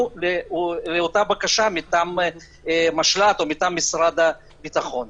לאותה בקשה מטעם המשל"ט או מטעם משרד הביטחון.